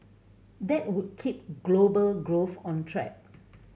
that would keep global growth on track